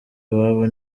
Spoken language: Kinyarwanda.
iwabo